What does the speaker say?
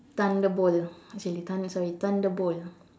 thunderbowl actually thund~ sorry thunderbowl